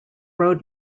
road